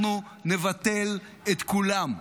אנחנו נבטל את כולם.